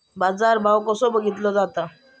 बाजार भाव कसो बघीतलो जाता?